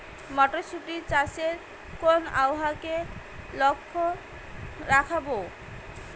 মটরশুটি চাষে কোন আবহাওয়াকে লক্ষ্য রাখবো?